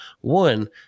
one